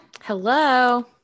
Hello